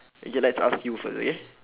okay let's ask you first okay